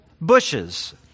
bushes